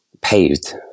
paved